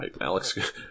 Alex